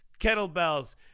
kettlebells